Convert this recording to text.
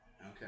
Okay